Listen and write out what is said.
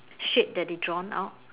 shape that they drawn out